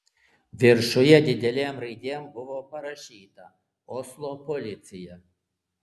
viršuje didelėm raidėm buvo parašyta oslo policija